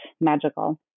magical